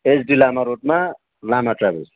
HD Lama रोडमा Lama travels